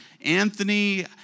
Anthony